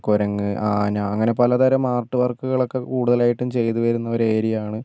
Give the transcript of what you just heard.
കുരങ്ങൻ ആന അങ്ങനെ പല തരം ആർട്ട് വർക്കുകളൊക്കെ കൂടുതലായിട്ട് ചെയ്തുവരുന്നൊരു ഏരിയ ആണ്